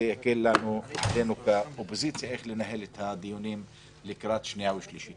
זה יקל עלינו כאופוזיציה בדרך שננהל את הדיונים לקראת השנייה והשלישית.